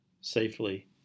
safely